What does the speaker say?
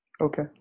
Okay